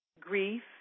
grief